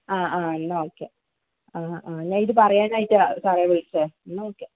ആ ആ എന്നാൽ ഓക്കെ ആ ആ ഞാൻ ഇത് പറയാനായിട്ടാണ് സാറേ വിളിച്ചത് എന്നാൽ ഓക്കെ